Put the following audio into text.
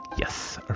Yes